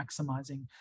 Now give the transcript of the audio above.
maximizing